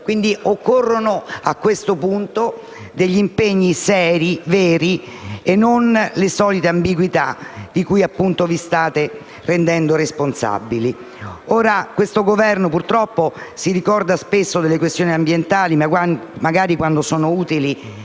Occorrono a questo punto impegni seri e veri, non le solite ambiguità di cui, appunto, vi state rendendo responsabili. Questo Governo, purtroppo, si ricorda spesso delle questioni ambientali quando sono utili